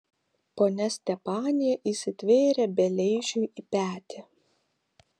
ponia stepanija įsitvėrė beleišiui į petį